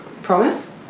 promise.